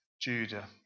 Judah